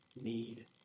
need